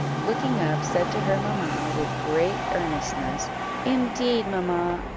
looking up, said to her mamma, with great earnestness indeed, mamma,